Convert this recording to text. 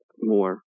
more